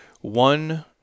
one